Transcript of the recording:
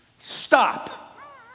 Stop